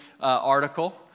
article